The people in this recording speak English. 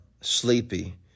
sleepy